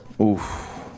Oof